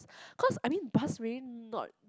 cause I mean bus really not